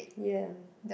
ya